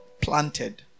planted